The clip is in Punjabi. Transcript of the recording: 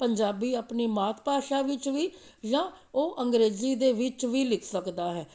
ਪੰਜਾਬੀ ਆਪਣੀ ਮਾਤ ਭਾਸ਼ਾ ਵਿੱਚ ਵੀ ਜਾਂ ਉਹ ਅੰਗਰੇਜ਼ੀ ਦੇ ਵਿੱਚ ਵੀ ਲਿਖ ਸਕਦਾ ਹੈ